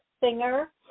Singer